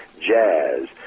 jazz